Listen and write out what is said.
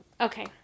Okay